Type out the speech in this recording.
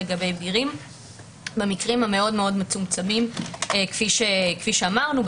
לגבי בגירים במקרים המאוד מצומצמים כפי שאמרנו,